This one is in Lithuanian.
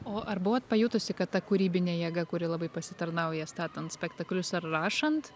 o ar buvot pajutusi kad ta kūrybinė jėga kuri labai pasitarnauja statant spektaklius ar rašant